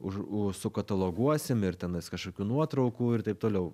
už sukataloguosim ir tenais kažkokių nuotraukų ir taip toliau